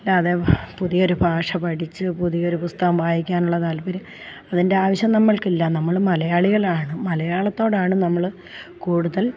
അല്ലാതെ പുതിയൊരു ഭാഷ പഠിച്ച് പുതിയൊരു പുസ്തകം വായിക്കാനുള്ള താൽപ്പര്യം അതിന്റെയാവശ്യം നമ്മൾക്കില്ല നമ്മൾ മലയാളികളാണ് മലയാളത്തോടാണ് നമ്മൾ കൂടുതൽ